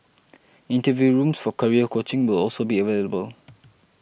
interview rooms for career coaching will also be available